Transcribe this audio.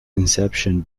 inception